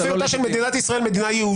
היותה של מדינת ישראל מדינה יהודית.